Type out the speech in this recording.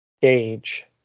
gauge